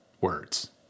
words